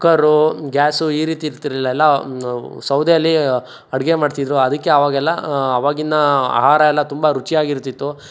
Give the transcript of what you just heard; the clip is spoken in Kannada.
ಕುಕ್ಕರು ಗ್ಯಾಸು ಈ ರೀತಿ ಇರ್ತಿರಲಿಲ್ಲ ಎಲ್ಲ ಸೌದೇಲಿ ಅಡುಗೆ ಮಾಡ್ತಿದ್ದರು ಅದಕ್ಕೆ ಅವಾಗೆಲ್ಲ ಅವಾಗಿನ ಆಹಾರವೆಲ್ಲ ತುಂಬ ರುಚಿಯಾಗಿ ಇರ್ತಿತ್ತು